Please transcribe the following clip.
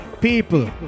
People